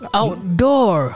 outdoor